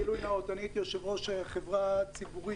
גילוי נאות הייתי יושב-ראש חברה ציבורית